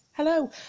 Hello